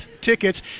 tickets